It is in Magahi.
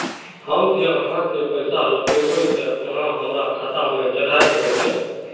हम जे आहाँ के पैसा लौटैबे ते आहाँ हमरा खाता में चढ़ा देबे नय?